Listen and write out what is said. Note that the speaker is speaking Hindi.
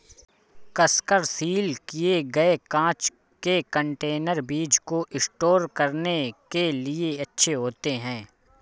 कसकर सील किए गए कांच के कंटेनर बीज को स्टोर करने के लिए अच्छे होते हैं